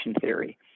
theory